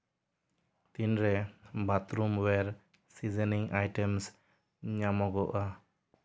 ᱛᱤᱱ ᱨᱮ bathroomware seasoning items ᱧᱟᱢᱚᱜᱚᱜᱼᱟ